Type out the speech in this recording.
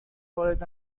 وارد